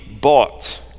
bought